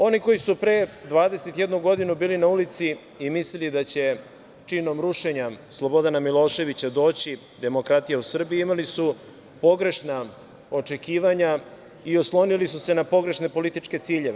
Oni koji su pre 21 godinu bili na ulici i mislili da će činom rušenja Slobodana Miloševića doći demokratija u Srbiju, imali su pogrešna očekivanja i oslonili su se na pogrešne političke ciljeve.